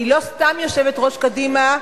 היא לא סתם יושבת-ראש קדימה,